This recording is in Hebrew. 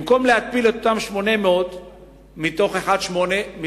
במקום להתפיל 800 מתוך 1.8 מיליארד קוב מים,